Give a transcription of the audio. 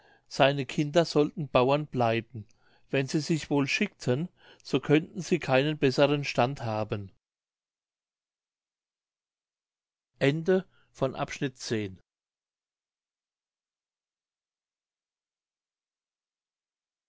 seine kinder sollten bauern bleiben wenn sie sich wohl schickten so könnten sie keinen besseren stand haben